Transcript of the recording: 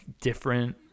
different